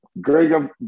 Greg